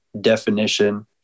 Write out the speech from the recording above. definition